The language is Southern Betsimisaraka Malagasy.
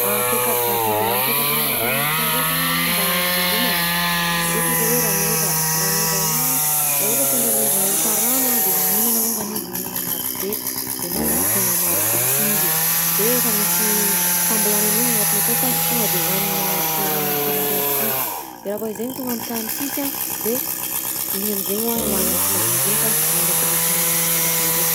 Paikadinà biby mipetraka aminà tany efitra ndraika mba hivelomany: ohatra zao hoe rameva, rameva igny a raha ohatra hoe sendra le izy mahita rano a de mihinana alongany izy, mihinana marobe de mahalany tegna marobe si izy, de efa misy fambelany an'iny agnatiny akao sy tonga de hohaniny ateligny ananjy ndray mandeha aby si, raha vao izy zay no tonga amy tany sisy a de igny am'zaigny hoa hohaniny sy madinidinika mandrapahitany amin'ny magnaraka ndraiky.